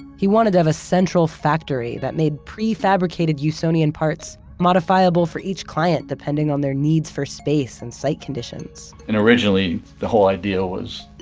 he wanted to have a central factory that made prefabricated usonian parts, modifiable for each client depending on their needs for space and site conditions and originally the whole idea was,